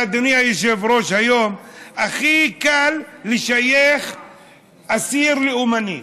ואדוני היושב-ראש, היום הכי קל לשייך אסיר לאומני.